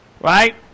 Right